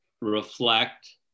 reflect